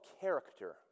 character